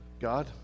God